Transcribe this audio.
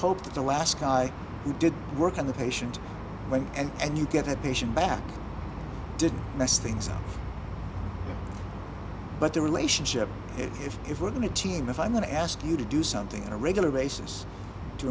hope that the last guy who did work on the patient went and and you get a patient back to mess things up but the relationship if if we're going to team if i'm going to ask you to do something on a regular basis to